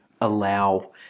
allow